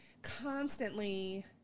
constantly